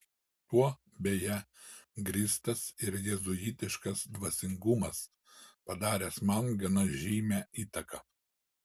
tuo beje grįstas ir jėzuitiškas dvasingumas padaręs man gana žymią įtaką